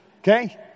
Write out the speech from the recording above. okay